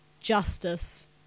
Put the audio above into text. justice